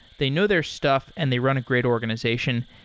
they know their stuff and they run a great organization.